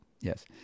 Yes